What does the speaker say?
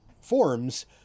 forms